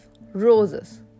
Roses